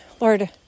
Lord